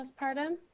postpartum